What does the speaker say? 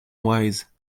wise